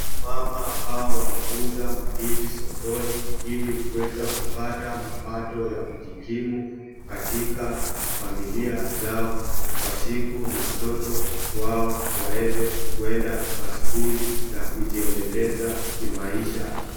Mama ambao wanauza mandizi sokoni ilikuweza kupata mapato ya kujikimu katika familia zao kwa siku na toto wao waweze kuenda [csmaskuli na kujiendeleza kimaisha.